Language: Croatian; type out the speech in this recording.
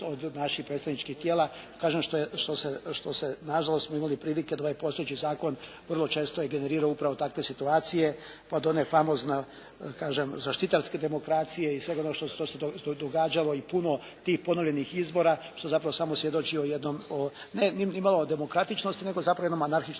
od naših predstavničkih tijela kažem što se nažalost smo imali prilike da ovaj postojeći zakon vrlo često je generirao upravo takve situacije pa do one famozne kažem zaštitarske demokracije i svega onoga što se događalo i puno tih ponovljenih izbora što zapravo samo svjedoči o jednom, nimalo o demokratičnosti nego zapravo jednom anarhičnom